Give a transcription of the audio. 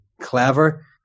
clever